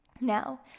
now